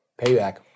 payback